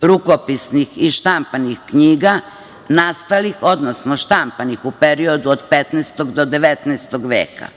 rukopisnih i štampanih knjiga nastalih, odnosno štampanih, u periodu od 15. do 19. veka.